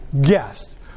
guest